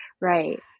right